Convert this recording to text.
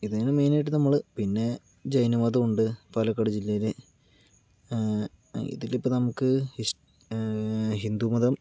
ഇതാണ് മെയിനായിട്ട് നമ്മള് പിന്നെ ജൈനമതമുണ്ട് പാലക്കാട് ജില്ലയില് ഇതിലിപ്പോൾ നമുക്ക് ഇഷ് ഹിന്ദുമതം